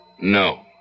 No